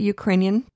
Ukrainian